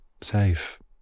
Safe